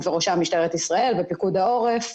בראשם משטרת ישראל ופיקוד העורף,